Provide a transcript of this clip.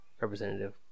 representative